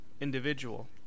individual